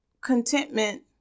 contentment